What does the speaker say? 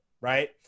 right